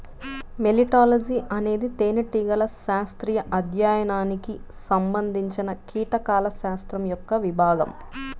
మెలిటాలజీఅనేది తేనెటీగల శాస్త్రీయ అధ్యయనానికి సంబంధించినకీటకాల శాస్త్రం యొక్క విభాగం